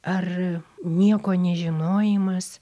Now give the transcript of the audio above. ar nieko nežinojimas